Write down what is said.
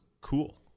cool